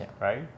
right